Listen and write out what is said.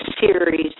series